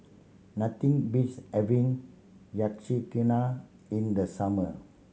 nothing beats having Yakizakana in the summer